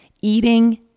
Eating